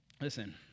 Listen